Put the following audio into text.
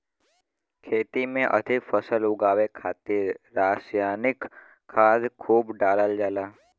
खेती में अधिक फसल उगावे खातिर रसायनिक खाद खूब डालल जाला